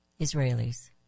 Israelis